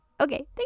okay